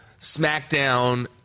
smackdown